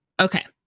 okay